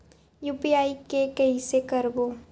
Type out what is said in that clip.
UPI के कइसे करबो?